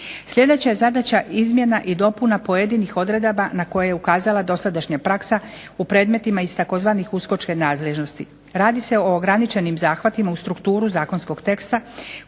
Sljedeća je zadaća izmjena i dopuna pojedinih odredaba na koje je ukazala dosadašnja praksa u predmetima iz tzv. USKOK-čke nadležnosti. Radi se o ograničenim zahvatima u strukturu zakonskog teksta